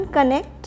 Connect